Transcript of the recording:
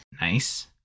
Nice